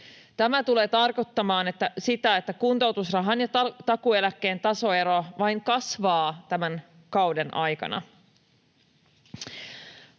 tulee tarkoittamaan sitä, että kuntoutusrahan ja takuueläkkeen tasoero vain kasvaa tämän kauden aikana.